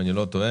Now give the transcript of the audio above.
אם אני לא טועה,